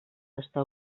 està